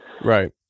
Right